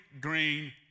green